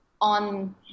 on